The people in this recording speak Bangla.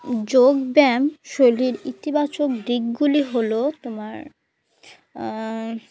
যোগ ব্যায়াম শৈলীর ইতিবাচক দিকগুলি হলো তোমার